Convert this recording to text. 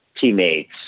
teammates